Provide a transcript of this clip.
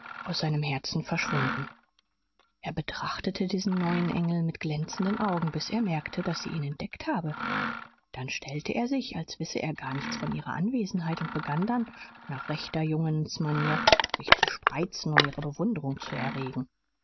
aus seinem herzen verschwunden er betrachtete diesen neuen engel mit glänzenden augen bis er merkte daß sie ihn entdeckt habe dann stellte er sich als wisse er gar nichts von ihrer anwesenheit und begann dann nach rechter jungensmanier sich zu spreizen um ihre bewunderung zu erregen